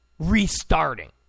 restarting